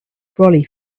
brolly